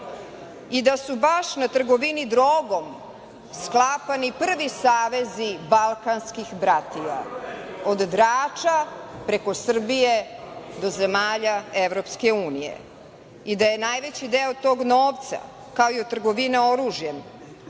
i da su baš na trgovini drogom sklapani prvi savezi balkanskih bratija – od Drača, preko Srbije, do zemalja EU i da je najveći deo tog novca, kao i trgovina oružjem,